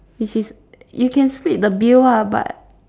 which is you can split the bill lah but